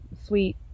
sweet